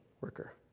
worker